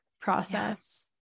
process